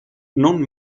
non